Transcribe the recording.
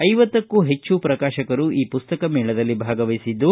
ಐವತಕ್ಕೂ ಹೆಚ್ಚು ಪ್ರಕಾಶಕರು ಈ ಪುಸ್ತಕ ಮೇಳದಲ್ಲಿ ಭಾಗವಹಿಸಿದ್ದು